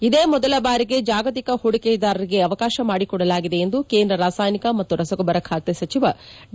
ಇದೇ ಮೊದಲ ಬಾರಿಗೆ ಜಾಗತಿಕ ಪೂಡಿಕೆದಾರರಿಗೆ ಅವಕಾಶ ಮಾಡಿಕೊಡಲಾಗಿದೆ ಎಂದು ಕೇಂದ್ರ ರಾಸಾಯನಿಕ ಮತ್ತು ರಸಗೊಬ್ಬರ ಖಾತೆ ಸಚಿವ ಡಿ